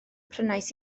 prynais